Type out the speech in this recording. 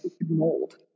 mold